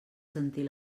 sentir